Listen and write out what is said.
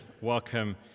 welcome